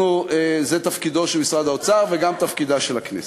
וזה תפקידו של משרד האוצר וגם תפקידה של הכנסת.